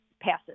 passes